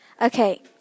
Okay